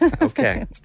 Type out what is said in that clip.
Okay